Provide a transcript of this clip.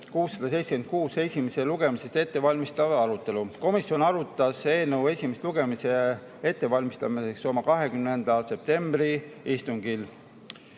676 esimest lugemist ettevalmistav arutelu. Komisjon arutas eelnõu esimese lugemise ettevalmistamiseks oma 20. septembri istungil.